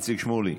איציק שמולי,